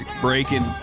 Breaking